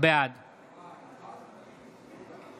בעד